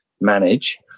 manage